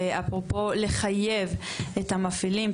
ואפרופו לחייב את המפעילים,